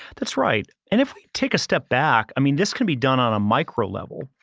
that's right. and if we take a step back, i mean, this can be done on a micro level,